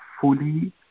fully